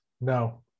No